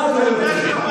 אחד לא יותר.